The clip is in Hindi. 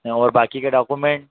और बाकी के डोक्यूमेंट